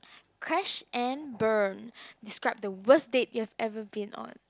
crash and burn describe the worse date you have ever been on